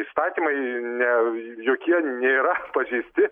įstatymai ne jokie nėra pažeisti